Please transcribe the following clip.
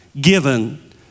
given